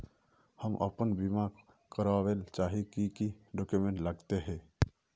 हम अपन बीमा करावेल चाहिए की की डक्यूमेंट्स लगते है?